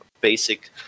basic